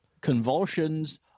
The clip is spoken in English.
convulsions